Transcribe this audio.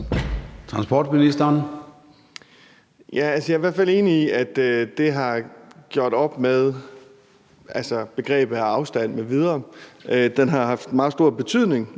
Danielsen): Jeg er i hvert fald enig i, at broen har gjort op med begrebet afstand m.v. Den har haft meget stor betydning.